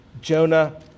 Jonah